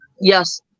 Yes